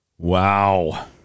Wow